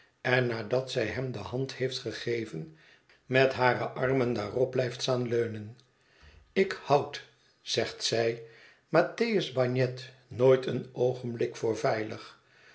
en nadat zij hem de hand heeft gegeven met hare armen daarop blijft staan leunen ik houd zegt zij mattheus bagnet nooit een oogenblik voor veilig